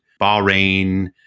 Bahrain